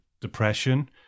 depression